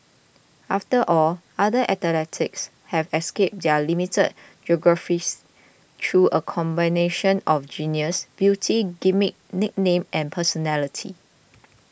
after all other athletes have escaped their limited geographies through a combination of genius beauty gimmick nickname and personality